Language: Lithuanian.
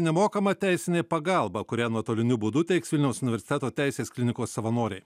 nemokama teisinė pagalba kurią nuotoliniu būdu teiks vilniaus universiteto teisės klinikos savanoriai